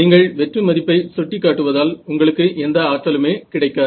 நீங்கள் வெற்று மதிப்பை சுட்டிக் காட்டுவதால் உங்களுக்கு எந்த ஆற்றலுமே கிடைக்காது